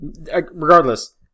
Regardless